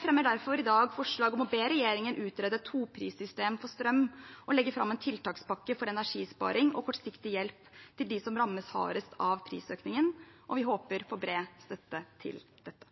fremmer derfor i dag forslag om å be regjeringen utrede et toprissystem for strøm og legge fram en tiltakspakke for energisparing og kortsiktig hjelp til dem som rammes hardest av prisøkningen, og vi håper på bred støtte til dette.